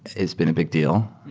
it's been a big deal.